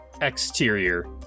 Exterior